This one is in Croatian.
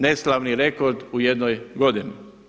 Neslavni rekord u jednoj godini.